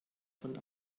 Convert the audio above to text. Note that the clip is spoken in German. von